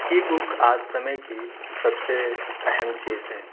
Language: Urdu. ای بک آج سمے کی سب سے اہم چیز ہے